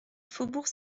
faubourg